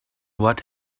what